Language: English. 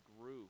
grew